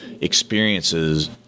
experiences